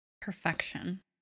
Perfection